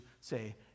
say